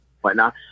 whatnot